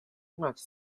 much